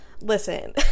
listen